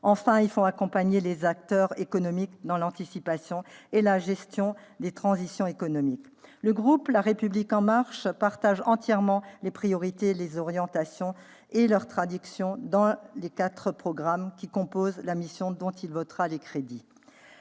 Enfin, il faut accompagner les acteurs économiques dans l'anticipation et la gestion des transitions économiques. Le groupe La République en Marche partage entièrement ces priorités et orientations, ainsi que leur traduction dans les quatre programmes composant la mission dont il votera les crédits.